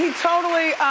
totally,